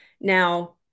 Now